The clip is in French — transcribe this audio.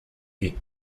est